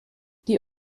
die